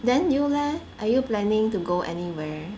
then you leh are you planning to go anywhere